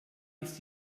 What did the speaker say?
ist